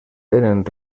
tenen